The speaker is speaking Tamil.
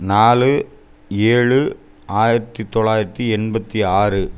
நாலு ஏழு ஆயிரத்து தொள்ளாயிரத்தி எண்பத்து ஆறு